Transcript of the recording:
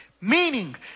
Meaning